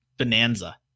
Bonanza